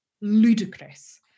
ludicrous